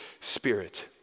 spirit